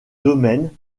domaine